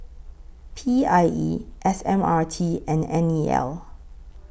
P I E S M R T and N E L